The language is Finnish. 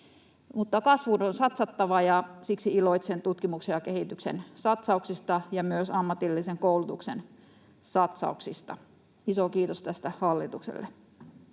kasvuun on satsattava, ja siksi iloitsen tutkimuksen ja kehityksen satsauksesta ja myös ammatillisen koulutuksen satsauksista. Iso kiitos tästä hallitukselle.